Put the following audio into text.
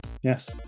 yes